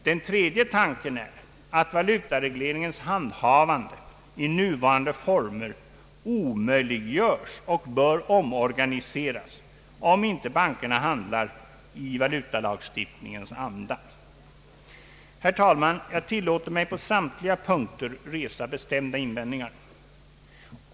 Den tredje tanken är att valutaregleringens handhavande i nuvarande former omöjliggörs och bör omprövas om inte bankerna handlar i valutalagstiftningens anda. Herr talman! Jag tillåter mig på samtliga punkter resa bestämda invändningar.